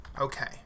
Okay